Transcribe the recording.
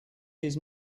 his